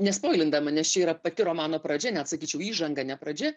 nespoilindama nes čia yra pati romano pradžia net sakyčiau įžanga ne pradžia